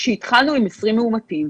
כשהתחלנו עם 20 מאומתים.